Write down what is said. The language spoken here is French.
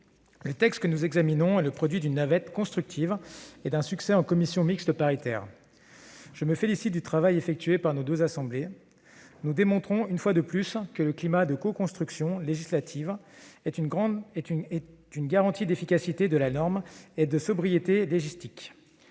le texte que nous examinons est le produit d'une navette constructive et d'un succès en commission mixte paritaire. Je me félicite du travail effectué par nos deux assemblées. Nous démontrons, une fois de plus, que le climat de coconstruction législative est une garantie d'efficacité de la norme et de sobriété légistique.